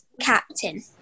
captain